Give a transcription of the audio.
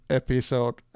episode